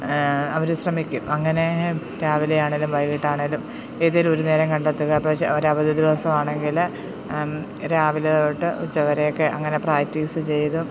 അവർ ശ്രമിക്കും അങ്ങനെ രാവിലെ ആണെങ്കിലും വൈകിട്ട് ആണെങ്കിലും ഏതെങ്കിലും ഒരു നേരം കണ്ടെത്തുക പക്ഷെ ഒരു അവധി ദിവസമാണെങ്കിൽ രാവിലെ തൊട്ട് ഉച്ച വരെയൊക്കെ അങ്ങനെ പ്രാക്ടീസ് ചെയ്തു